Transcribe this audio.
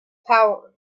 power